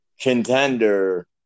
contender